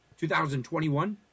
2021